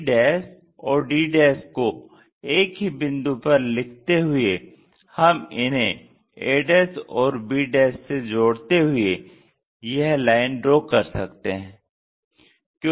c और d को एक ही बिंदु पर लिखते हुए हम इन्हे a और b से जोड़ते हुए यह लाइन ड्रा कर सकते हैं